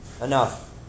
enough